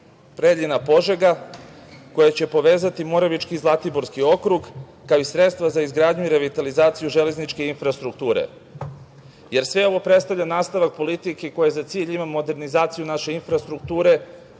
Preljina-Požega koji će povezati Moravički i Zlatiborski okrug, kao i sredstva za izgradnju i revitalizaciju železničke infrastrukture. Sve ovo predstavlja nastavak politike koja za cilj ima modernizaciju naše infrastrukture,